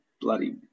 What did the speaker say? bloody